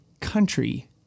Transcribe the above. country